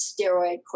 steroid